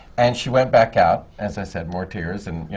and she went back out. as i said, more tears and, you